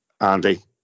Andy